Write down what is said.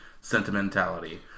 sentimentality